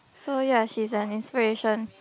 so ya she's like inspiration